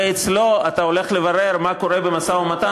ואצלו אתה הולך לברר מה קורה במשא-ומתן,